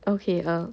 okay err